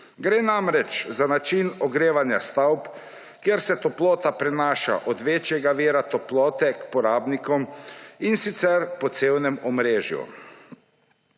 Gre namreč za način ogrevanja stavb, kjer se toplota prenaša od večjega vira toplote k porabnikom, in sicer po cevnem omrežju.